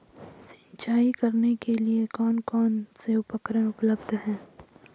सिंचाई करने के लिए कौन कौन से उपकरण उपलब्ध हैं?